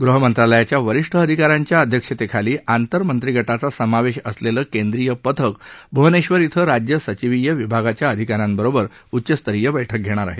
गृहमंत्रालयाच्या वरीष्ठ अधिकाऱ्यांच्या अध्यक्षतेखाली आंतरमंत्रीगटाचा समावेश असलेलं केंद्रीय पथक भूवनेश्वर श्वं राज्य सचीवीय विभागाच्या अधिकाऱ्यांबरोबर उच्चस्तरीय बस्क्रि घेणार आहे